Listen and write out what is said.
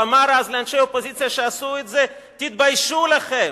הוא אמר אז לאנשי האופוזיציה שעשו את זה: תתביישו לכם.